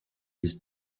his